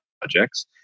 projects